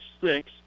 six